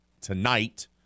tonight